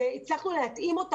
והצלחנו להתאים אותם,